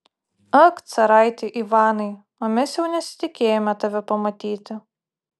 ak caraiti ivanai o mes jau nesitikėjome tave pamatyti